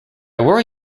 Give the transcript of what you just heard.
worry